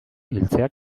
iltzeak